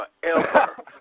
Forever